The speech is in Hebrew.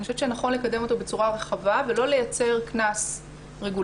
אני חושבת שנכון לקדם אותו בצורה רחבה ולא לייצר קנס רגולטורי